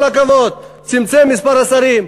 כל הכבוד, צמצם את מספר השרים.